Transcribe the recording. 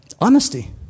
Honesty